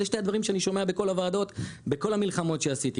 אלה שני הדברים שאני שומע בכל הוועדות בכל המלחמות שעשיתי.